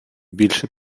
більше